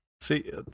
See